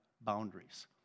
boundaries